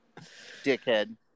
dickhead